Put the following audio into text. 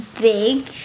big